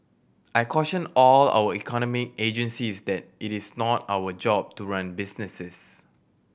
I caution all our economic agencies that it is not our job to run businesses